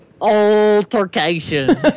Altercation